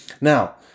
Now